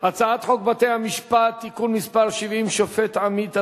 הצעת חוק בתי-המשפט (תיקון מס' 70) (שופט עמית),